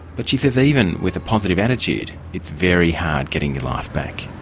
but she says even with a positive attitude, it's very had getting your life back.